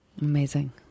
Amazing